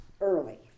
early